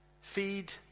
Feed